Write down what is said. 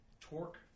Torque